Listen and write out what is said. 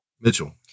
Mitchell